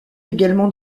également